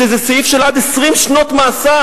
שזה סעיף של עד 20 שנות מאסר.